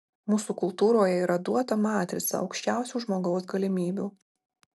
mūsų kultūroje yra duota matrica aukščiausių žmogaus galimybių